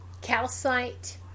Calcite